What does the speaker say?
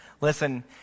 Listen